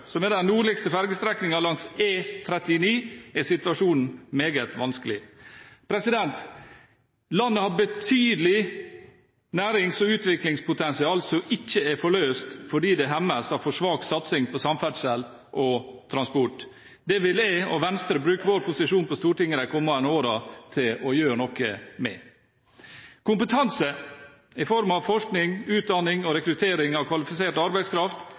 På Halsa-Kanestraum, den nordligste fergestrekningen på E39, er situasjonen meget vanskelig. Landet har et betydelig nærings- og utviklingspotensial som ikke er forløst, fordi det hemmes av for svak satsing på samferdsel og transport. Det vil jeg og Venstre bruke vår posisjon på Stortinget de kommende årene til å gjøre noe med. Kompetanse i form av forskning, utdanning og rekruttering av kvalifisert arbeidskraft